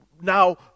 now